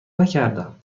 نکردم